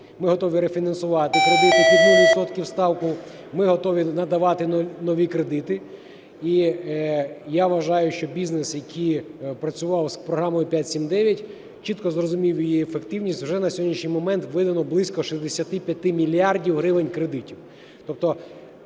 Ми готові рефінансувати кредити під 0 відсотків ставку, ми готові надавати нові кредити. І я вважаю, що бізнес, який працював з програмою "5-7-9", чітко зрозумів її ефективність. Уже на сьогоднішній момент видано близько 65 мільярдів гривень кредитів.